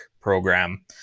program